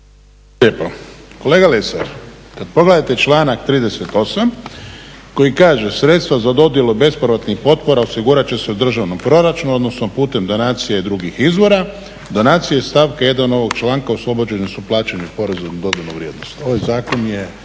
lijepo. Kolega Lesar, kada pogledate članak 38.koji kaže "Sredstva za dodjelu bespovratnih potpora osigurat će s u državnom proračunu odnosno putem donacije i drugih izvora, donacije iz stavke 1.ovog članka oslobođeni su plaćanja poreza na dodanu vrijednost". Ova odredba